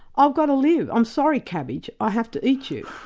i've got to live, i'm sorry, cabbage, i have to eat you.